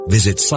Visit